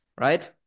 Right